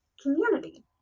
community